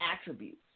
attributes